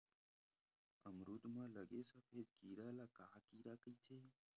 अमरूद म लगे सफेद कीरा ल का कीरा कइथे?